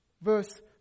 Verse